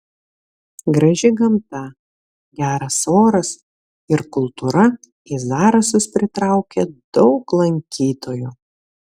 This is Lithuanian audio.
graži gamta geras oras ir kultūra į zarasus pritraukė daug lankytojų